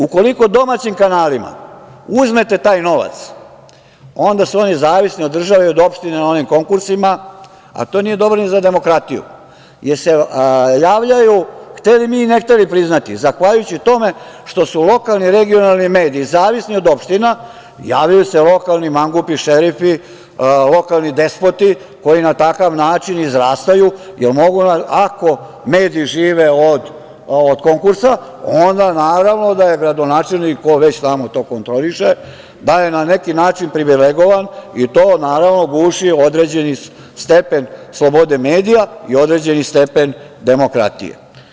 Ukoliko domaćim kanalima uzmete taj novac, onda su oni zavisni od države i od opštine na onim konkursima, a to nije dobro ni za demokratiju, jer se javljaju, hteli mi da priznamo ili ne, zahvaljujući tome što su lokalni regionalni mediji zavisni od opština, javljaju se lokalni mangupi, šerifi, lokalni despoti koji na takav način izrastaju, ako mediji žive od konkursa, onda naravno da je gradonačelnik, ko već tamo to kontroliše, da je na neki način privilegovan i to naravno guši određeni stepen slobode medija i određeni stepen demokratije.